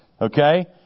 okay